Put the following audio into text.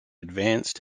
advanced